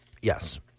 Yes